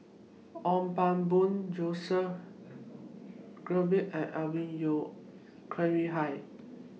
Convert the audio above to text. Ong Pang Boon Joseph Grimberg and Alvin Yeo Khirn Hai